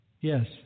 Yes